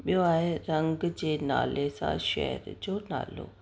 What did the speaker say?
ॿियों आहे रंग जे नाले सां शहर जो नालो